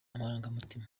amarangamutima